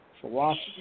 Philosophy